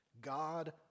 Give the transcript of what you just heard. God